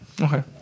Okay